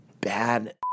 bad